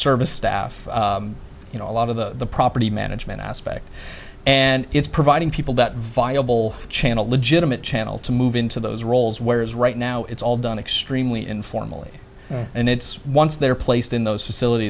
service staff you know a lot of the property management aspect and it's providing people that viable channel a legitimate channel to move into those roles where is right now it's all done extremely informally and it's once they are placed in those facilit